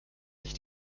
sich